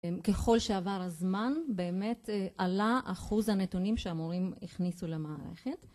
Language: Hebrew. ככל שעבר הזמן באמת עלה אחוז הנתונים שהמורים הכניסו למערכת.